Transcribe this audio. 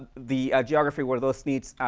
the geography where those needs